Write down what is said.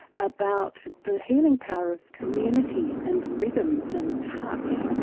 about the healing power of community and rhythms and touch.